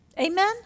Amen